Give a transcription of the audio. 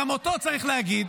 גם אותו צריך להגיד.